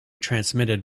transmitted